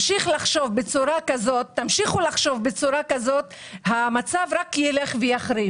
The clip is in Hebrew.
אם תמשיכו לחשוב בצורה הזאת המצב רק ילך ויחריף.